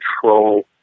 control